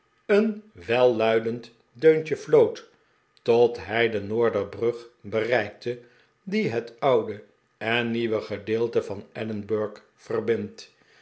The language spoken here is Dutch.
een welluidend deuntje floot tot hij de noorder brug bereikte die het oude en nieuwe gedeelte van edinburg verbindt